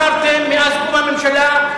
מאז קום הממשלה,